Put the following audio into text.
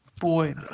Boy